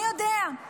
מי יודע?